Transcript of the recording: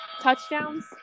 Touchdowns